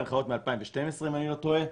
ההנחיות מ-2012 אם אני לא טועה,